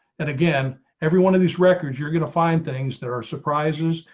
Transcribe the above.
and again, every one of these records, you're going to find things there are surprises.